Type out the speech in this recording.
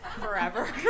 forever